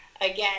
again